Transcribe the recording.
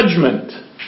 judgment